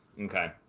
okay